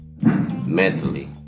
mentally